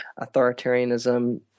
authoritarianism